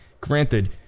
Granted